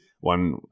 one